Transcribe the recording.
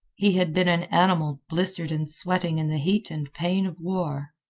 he had been an animal blistered and sweating in the heat and pain of war.